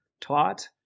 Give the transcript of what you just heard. taught